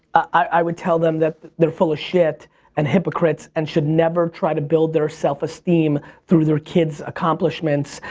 i would tell them that they're full of shit and hypocrites and should never try to build their self-esteem through their kids' accomplishments.